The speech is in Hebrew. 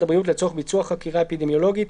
הבריאות לצורך ביצוע חקירה אפידמיולוגית,